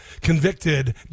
convicted